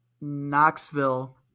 Knoxville